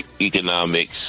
economics